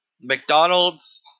McDonald's